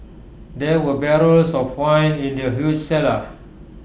there were barrels of wine in the huge cellar